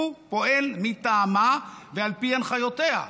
הוא פועל מטעמה ועל פי הנחיותיה,